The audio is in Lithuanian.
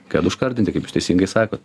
kad užkardinti kaip jūs teisingai sakot